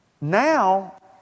now